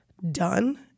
Done